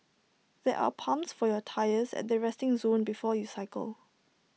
there are pumps for your tyres at the resting zone before you cycle